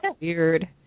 weird